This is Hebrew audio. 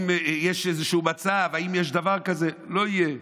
אם יש איזשהו מצב, אם יש דבר כזה, לא יהיה.